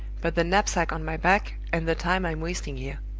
but the knapsack on my back, and the time i'm wasting here.